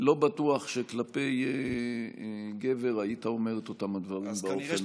לא בטוח שכלפי גבר היית אומר את אותם הדברים באופן הזה.